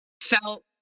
felt